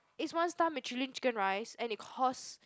it's one star Michelin chicken rice and it costs